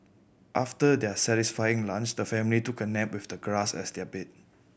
after their satisfying lunch the family took a nap with the grass as their bed